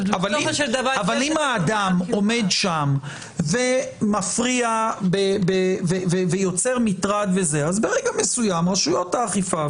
אבל אם האדם עומד שם ומפריע ויוצר מטרד אז ברגע מסוים רשויות האכיפה,